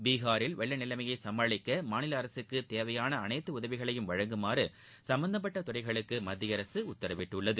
பீகாரில் வெள்ள நிலைமையை சமாளிக்க மாநில அரகக்கு தேவையான அனைத்து உதவிகளையும் வழங்குமாறு சும்பந்தப்பட்ட துறைகளுக்கு மத்திய அரசு உத்தரவிட்டுள்ளது